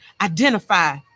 identify